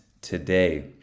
today